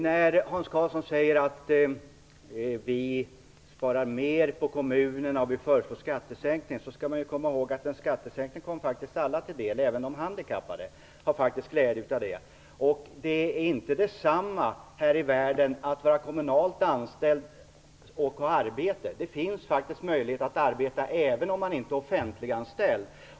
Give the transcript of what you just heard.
När Hans Karlsson säger att vi sparar mer på kommunerna om vi föreslår en skattesänkning skall man komma i håg att en skattesänkning faktiskt kommer alla till del. Även de handikappade har glädje av den. Det är inte detsamma här i världen att vara kommunalt anställd och att ha arbete. Det finns faktiskt möjlighet att arbeta även om man inte är offentliganställd.